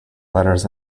letters